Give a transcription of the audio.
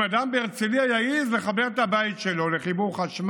אם אדם בהרצליה יעז לחבר את הבית שלו לחשמל